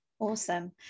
Awesome